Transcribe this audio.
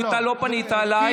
ואתה לא פנית אליי,